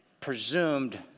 presumed